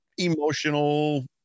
emotional